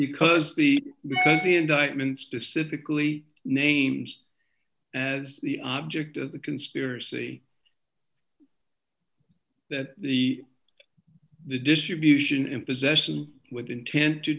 because the indictment specific plea names as the object of the conspiracy that the the distribution in possession with intent to